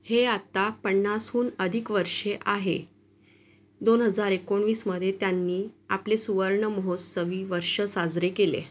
हे आता पन्नासहून अधिक वर्षे आहे दोन हजार एकोणवीसमध्ये त्यांनी आपले सुवर्ण महोत्सवी वर्ष साजरे केले